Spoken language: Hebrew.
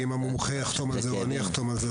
כי אם המומחה יחתום על זה או אני אחתום על זה,